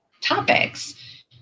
topics